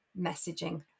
messaging